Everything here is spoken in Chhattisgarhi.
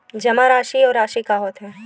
जमा राशि अउ राशि का होथे?